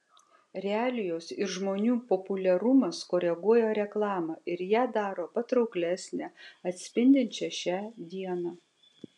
realijos ir žmonių populiarumas koreguoja reklamą ir ją daro patrauklesnę atspindinčią šią dieną